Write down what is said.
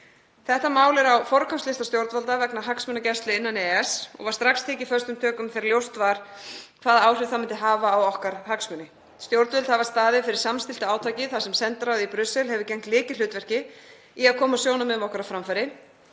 Þetta mál er á forgangslista stjórnvalda vegna hagsmunagæslu innan EES og var strax tekið föstum tökum þegar ljóst var hvaða áhrif það myndi hafa á okkar hagsmuni. Stjórnvöld hafa staðið fyrir samstilltu átaki þar sem sendiráð í Brussel hefur gegnt lykilhlutverki í að koma sjónarmiðum okkar á framfæri